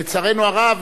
לצערנו הרב,